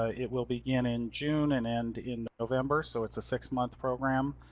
ah it will begin in june and end in november. so it's a six month program,